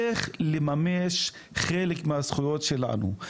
איך לממש חלק מהזכויות שלנו,